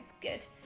good